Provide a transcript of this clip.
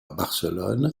barcelone